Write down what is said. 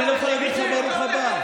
אני לא יכול להגיד לך ברוך הבא.